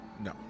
No